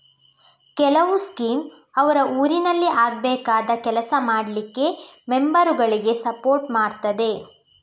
ಕೆಲವು ಸ್ಕೀಮ್ ಅವ್ರ ಊರಿನಲ್ಲಿ ಆಗ್ಬೇಕಾದ ಕೆಲಸ ಮಾಡ್ಲಿಕ್ಕೆ ಮೆಂಬರುಗಳಿಗೆ ಸಪೋರ್ಟ್ ಮಾಡ್ತದೆ